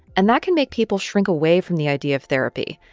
and that can make people shrink away from the idea of therapy.